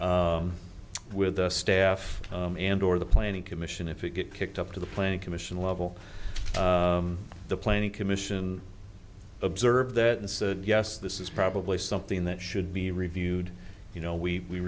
with the staff and or the planning commission if it gets picked up to the planning commission level the planning commission observed that and said yes this is probably something that should be reviewed you know we